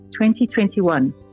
2021